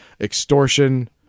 Extortion